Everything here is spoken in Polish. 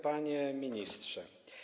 Panie Ministrze!